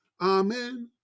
Amen